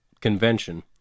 convention